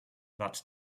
that